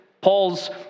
Paul's